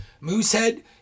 Moosehead